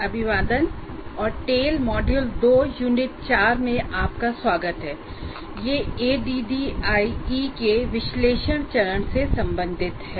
अभिवादन और TEL module 2 unit 4 में आपका स्वागत है यह एडीडी आई ई के विश्लेषण चरण से संबंधित है